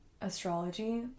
astrology